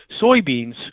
soybeans